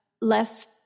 less